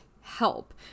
help